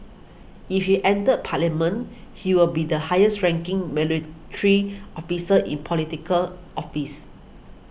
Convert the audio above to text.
if he enters parliament he will be the highest ranking military officer in Political Office